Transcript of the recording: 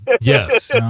Yes